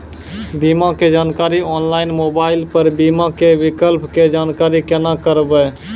बीमा के जानकारी ऑनलाइन मोबाइल पर बीमा के विकल्प के जानकारी केना करभै?